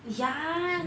ya